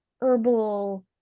herbal